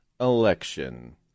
election